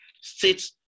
states